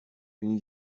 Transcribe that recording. une